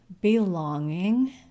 Belonging